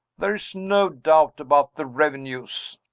there is no doubt about the revenues.